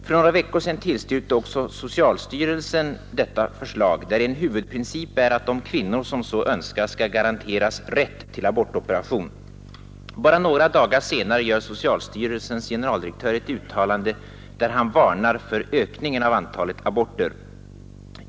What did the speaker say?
För några veckor sedan tillstyrkte också socialstyrelsen detta förslag, där en huvudprincip är att de kvinnor som så önskar skall garanteras rätt till abortoperation. Bara några dagar senare gör socialstyrelsens generaldirektör ett uttalande, där han varnar för ökningen av antalet aborter.